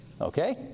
okay